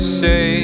say